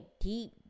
deep